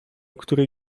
której